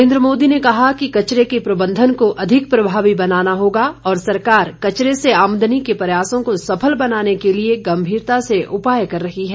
नरेन्द्र मोदी ने कहा कि कचरे के प्रबंध को अधिक प्रभाव बनान होगा और सरकार कचरे से आमदनी के प्रयासों को सफल बनाने के लिए गंभीरता से उपाय कर रही है